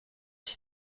s’y